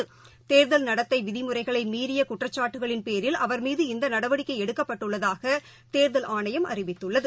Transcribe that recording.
பேரில் தேர்தல் நடத்தைவிதிமுறைகளைமீறியகுற்றச்சாட்டுகளின் அவர் மீது இந்தநடவடிக்கைஎடுக்கப்பட்டுள்ளதாகதேர்தல் ஆணையம் அறிவித்துள்ளது